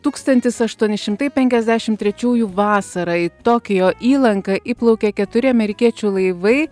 tūkstantis aštuoni šimtai penkiasdešimt trečiųjų vasarą į tokijo įlanką įplaukė keturi amerikiečių laivai